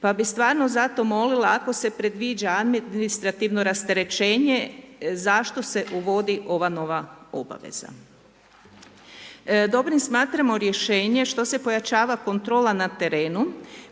Pa bi stvarno zato molila ako se predviđa administrativno rasterećenje zašto se uvodi ova nova obaveza? Dobrim smatramo rješenje što se pojačava kontrola na terenu